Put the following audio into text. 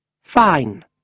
Fine